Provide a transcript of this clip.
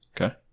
Okay